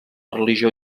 religió